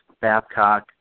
Babcock